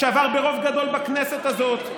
שעבר ברוב גדול בכנסת הזאת.